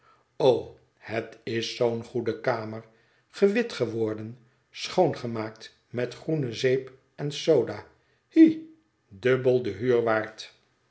o het is zoo'n goede kamer gewit geworden schoongemaakt met groene zeep en soda hi dubbel de huur waard